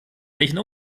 welchen